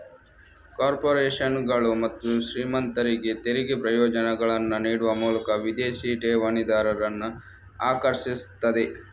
ಕಾರ್ಪೊರೇಷನುಗಳು ಮತ್ತು ಶ್ರೀಮಂತರಿಗೆ ತೆರಿಗೆ ಪ್ರಯೋಜನಗಳನ್ನ ನೀಡುವ ಮೂಲಕ ವಿದೇಶಿ ಠೇವಣಿದಾರರನ್ನ ಆಕರ್ಷಿಸ್ತದೆ